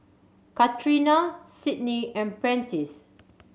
Catrina Sydni and Prentiss